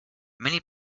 many